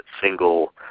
single